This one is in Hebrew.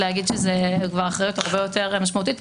-- וזאת אחריות הרבה יותר משמעותית,